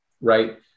Right